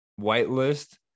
whitelist